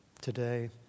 today